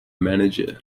manager